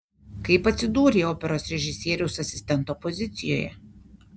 kaip atsidūrei operos režisieriaus asistento pozicijoje